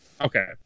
Okay